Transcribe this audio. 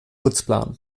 putzplan